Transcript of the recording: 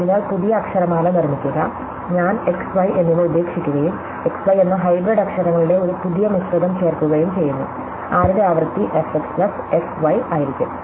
അതിനാൽ പുതിയ അക്ഷരമാല നിർമ്മിക്കുക ഞാൻ x y എന്നിവ ഉപേക്ഷിക്കുകയും x y എന്ന ഹൈബ്രിഡ് അക്ഷരങ്ങളുടെ ഒരു പുതിയ മിശ്രിതം ചേർക്കുകയും ചെയ്യുന്നു ആരുടെ ആവൃത്തി f x plus f y ആയിരിക്കും